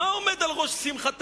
מה עומד על ראש שמחתם?